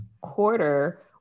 quarter